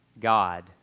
God